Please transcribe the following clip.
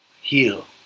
heal